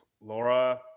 Laura